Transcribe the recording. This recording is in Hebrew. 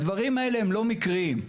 הדברים האלה לא מקריים.